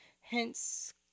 hence